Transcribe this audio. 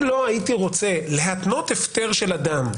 לא הייתי רוצה להתנות הפטר של אדם,